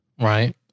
Right